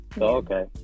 Okay